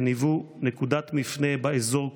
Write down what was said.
הם היוו נקודת מפנה באזור כולו.